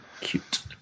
cute